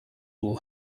will